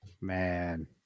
Man